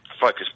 focus